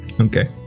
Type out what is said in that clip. Okay